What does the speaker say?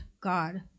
God